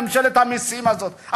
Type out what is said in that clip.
ממשלת המסים הזאת?